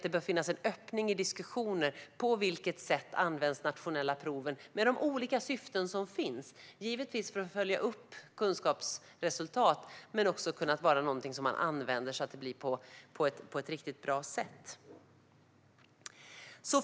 Det bör finnas en öppning i diskussioner om på vilket sätt de nationella proven används med de olika syften som finns. De används givetvis för att följa upp kunskapsresultat. Men de ska också kunna vara någonting man använder så att det blir på ett riktigt bra sätt.